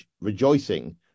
rejoicing